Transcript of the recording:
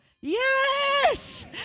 Yes